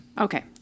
Okay